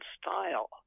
style